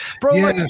bro